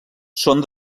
són